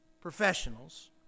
professionals